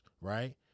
right